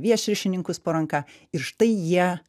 viešryšininkus po ranka ir štai jie